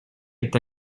est